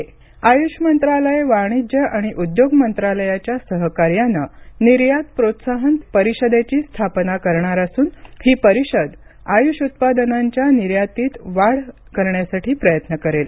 आयष मंत्रालय आयुष मंत्रालय वाणिज्य आणि उद्योग मंत्रालयाच्या सहकार्यानं निर्यात प्रोत्साहन परिषदेची स्थापना करणार असून ही परिषद आयुष उत्पादनांच्या निर्यातीत वाढ करण्यासाठी प्रयत्न करेल